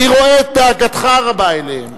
אני רואה את דאגתך הרבה אליהם,